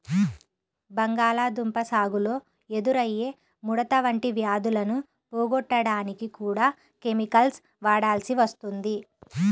బంగాళాదుంప సాగులో ఎదురయ్యే ముడత వంటి వ్యాధులను పోగొట్టడానికి కూడా కెమికల్స్ వాడాల్సి వస్తుంది